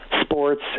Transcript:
sports